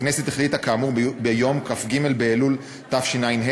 הכנסת החליטה כאמור ביום כ"ג באלול התשע"ה,